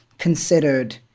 considered